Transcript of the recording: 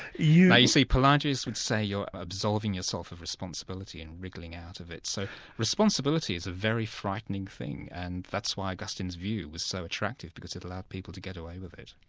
yeah you see, pelagius would say you're absolving yourself of responsibility and wriggling out of it, so responsibility is a very frightening thing, thing, and that's why augustine's view was so attractive, because it allowed people to get away with it.